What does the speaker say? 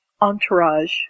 entourage